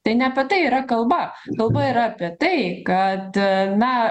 tai ne apie tai yra kalba kalba yra apie tai kad na